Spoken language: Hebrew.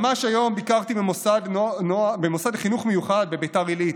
ממש היום ביקרתי במוסד לחינוך מיוחד בביתר עילית,